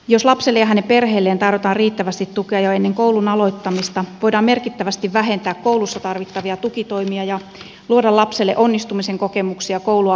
jos lapselle ja hänen perheelleen tarjotaan riittävästi tukea jo ennen koulun aloittamista voidaan merkittävästi vähentää koulussa tarvittavia tukitoimia ja luoda lapselle onnistumisen kokemuksia koulua aloitettaessa